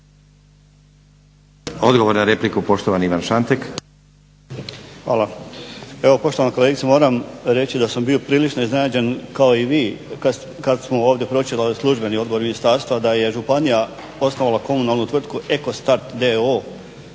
Odgovor na repliku, poštovani Ivan Šantek. **Šantek, Ivan (HDZ)** Hvala. Evo poštovana kolegice moram reći da sam bio prilično iznenađen kao i vi kad smo ovdje pročuli službeni odgovor ministarstva da je županija osnovala komunalnu tvrtku EKOSTART d.o.o.